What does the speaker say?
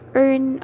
earn